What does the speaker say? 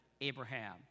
Abraham